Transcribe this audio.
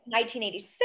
1986